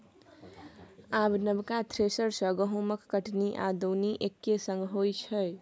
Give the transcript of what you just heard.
आब नबका थ्रेसर सँ गहुँमक कटनी आ दौनी एक्के संग होइ छै